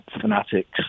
fanatics